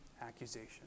accusation